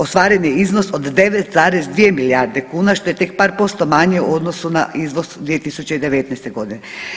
Ostvaren je iznos od 9,2% milijarde kuna što je tek par posto manje u odnosu na izvoz 2019. godine.